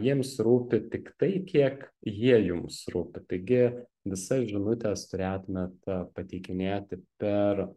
jiems rūpi tiktai kiek jie jums rūpi taigi visas žinutes turėtumėt pateikinėti per